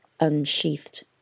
unsheathed